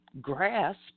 grasp